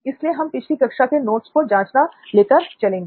इसलिए हम पिछली कक्षा के नोट्स को जांचना लेकर चलेंगे